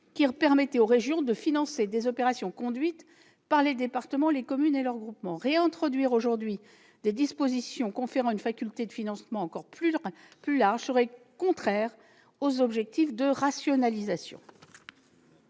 permettant aux régions de financer des opérations conduites par les départements, les communes et leurs groupements. Réintroduire aujourd'hui des dispositions conférant une faculté de financement encore plus large serait contraire aux objectifs de rationalisation.